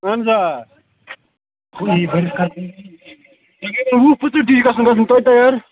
اَہَن حظ آ تۅہہِ گٔیوا وُہ پِنٛژہ دۅہۍ گَژھن توتہِ تیار